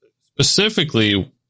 specifically